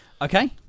Okay